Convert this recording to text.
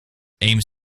aims